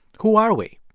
who are we?